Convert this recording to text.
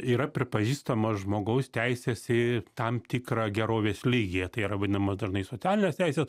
yra pripažįstamos žmogaus teisės į tam tikrą gerovės lygį tai yra vadinamos dažnai socialinės teisės